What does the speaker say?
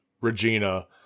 Regina